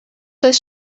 oes